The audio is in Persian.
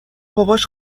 باباش